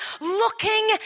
looking